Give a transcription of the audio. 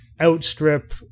outstrip